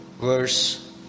verse